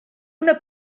una